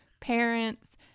parents